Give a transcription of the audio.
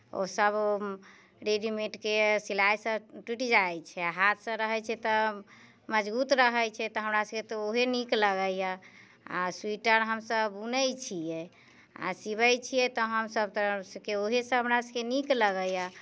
ओसभ ओ रेडिमेडके सिलाइसँ टुटि जाइ छै हाथसँ रहै छै तऽ मजबूत रहै छै तऽ हमरासभके तऽ उएह नीक लगैए आ स्वीटर हमसभ बुनैत छियै आ सिबै छियै तऽ हमसभ तऽ उएहसभ हमरासभके नीक लगैए